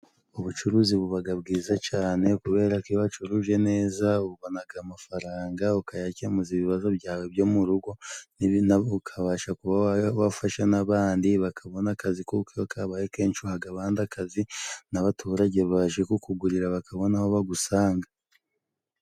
Ubucuruzi bubaga bwiza cane kubera ko iyo wacuruje neza, ubonaga amafaranga, ukayakemuza ibibazo byawe byo mu rugo, ukabasha kuba wafasha n'abandi, bakabona akazi kuko iyo kabaye kenshi uhaga abandi akazi, n'abaturage baje kukugurira bakabona aho bagusanga.